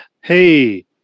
Hey